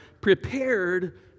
prepared